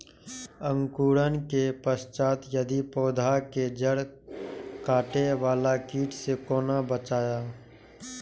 अंकुरण के पश्चात यदि पोधा के जैड़ काटे बाला कीट से कोना बचाया?